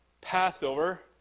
Passover